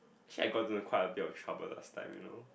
actually I gotten quite a bit of trouble last time you know